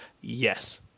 Yes